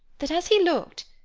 that as he looked,